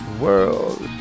world